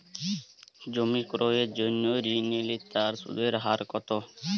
জমি ক্রয়ের জন্য ঋণ নিলে তার সুদের হার কতো?